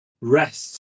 rest